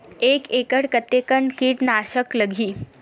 एक एकड़ कतेक किट नाशक लगही?